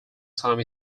time